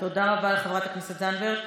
תודה רבה לחברת הכנסת זנדברג.